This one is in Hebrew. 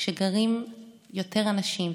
כשגרים יותר אנשים,